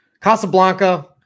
Casablanca